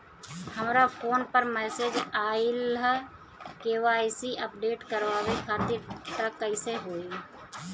हमरा फोन पर मैसेज आइलह के.वाइ.सी अपडेट करवावे खातिर त कइसे होई?